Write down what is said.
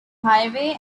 highway